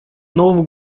novo